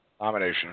nomination